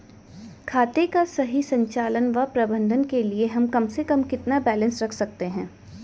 खाते का सही संचालन व प्रबंधन के लिए हम कम से कम कितना बैलेंस रख सकते हैं?